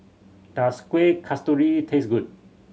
does Kueh Kasturi taste good